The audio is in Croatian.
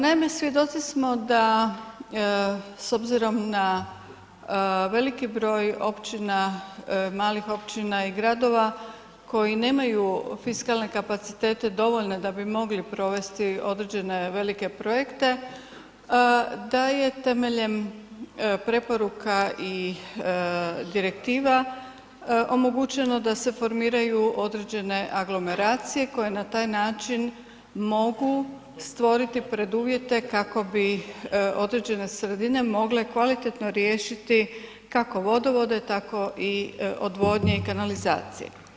Naime, svjedoci smo da s obzirom na veliki broj općina, malih općina i gradova koji nemaju fiskalne kapacitete dovoljne da bi mogli provesti određene velike projekte, da je temeljem preporuka i direktiva, omogućeno da se formiraju određene aglomeracije koje na taj način mogu stvoriti preduvjete kako bi određene sredine mogle kvalitetno riješiti kako vodovode tako i odvodnje i kanalizacije.